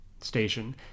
Station